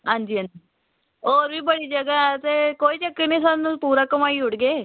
आं जी होर बी बड़ी जगहा ऐ ते कोई चक्कर निं सानूं पूरा घुमाई ओड़गे